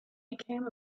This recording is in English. became